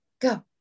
go